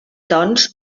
doncs